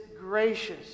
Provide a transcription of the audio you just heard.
gracious